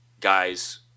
guys